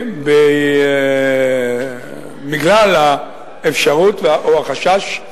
בגלל האפשרות, או החשש,